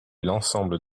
l’ensemble